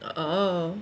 oh